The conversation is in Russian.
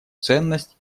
ценность